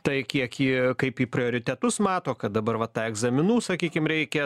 tai kiek ji kaip ji prioritetus mato kad dabar va ta egzaminų sakykim reikia